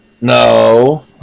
No